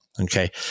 Okay